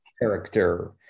character